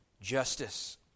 justice